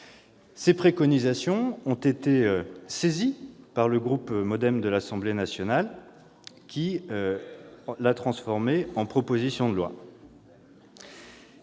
Celles-ci ont été reprises par le groupe Modem de l'Assemblée nationale, qui les a transformées en proposition de loi.